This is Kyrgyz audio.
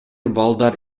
балдар